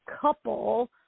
couple